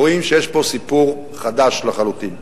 רואים שיש פה סיפור חדש לחלוטין.